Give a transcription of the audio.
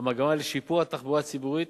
המגמה לשיפור התחבורה התקציבית